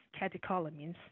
catecholamines